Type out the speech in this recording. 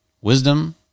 wisdom